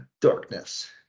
darkness